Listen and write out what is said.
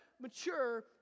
mature